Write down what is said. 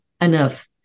enough